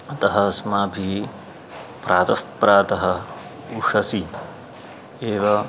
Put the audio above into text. अतः अस्माभिः प्रातः प्रातः उषसि एव